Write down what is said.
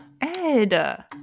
Ed